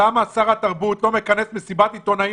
למה שר התרבות לא מכנס מסיבת עיתונאים